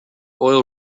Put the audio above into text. oil